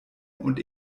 und